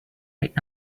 right